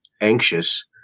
anxious